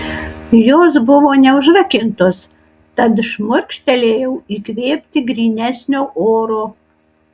jos buvo neužrakintos tad šmurkštelėjau įkvėpti grynesnio oro